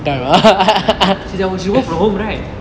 like she work from home right